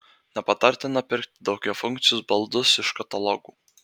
nepatartina pirkti daugiafunkcius baldus iš katalogų